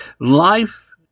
Life